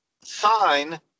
sign